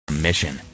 mission